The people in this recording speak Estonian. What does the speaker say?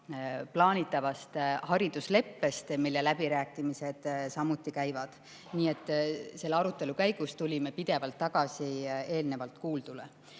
plaanitavast haridusleppest, mille läbirääkimised käivad. Nii et selle arutelu käigus tulime pidevalt tagasi eelnevalt kuuldu